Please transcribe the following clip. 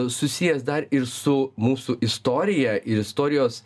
susijęs dar ir su mūsų istorija ir istorijos